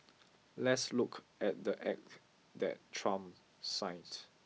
let's look at the act that Trump signed